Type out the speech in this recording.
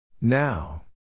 Now